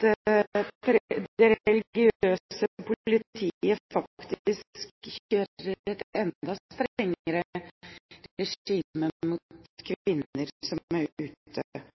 det religiøse politiet faktisk kjører et enda strengere